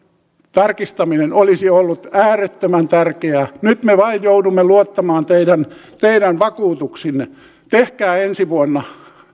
tarkistaminen olisi ollut äärettömän tärkeää nyt me vain joudumme luottamaan teidän teidän vakuutuksiinne tehkää ensi vuonna